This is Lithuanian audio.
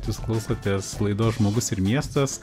jūs klausotės laidos žmogus ir miestas